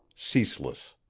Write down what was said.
ceaseless.